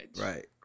Right